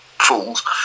fools